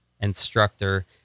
instructor